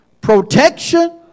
protection